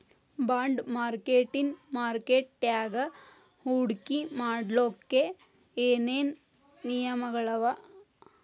Bond ಮಾರ್ಕೆಟಿನ್ ಮಾರ್ಕಟ್ಯಾಗ ಹೂಡ್ಕಿ ಮಾಡ್ಲೊಕ್ಕೆ ಏನೇನ್ ನಿಯಮಗಳವ?